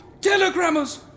Telegrammers